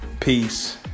Peace